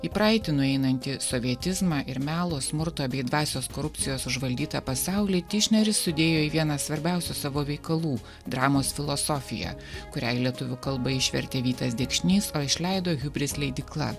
į praeitį nueinantį sovietizmą ir melo smurto bei dvasios korupcijos užvaldytą pasaulį tišneris sudėjo į vieną svarbiausių savo veikalų dramos filosofija kurią į lietuvių kalbą išvertė vytas dekšnys o išleido hubris leidykla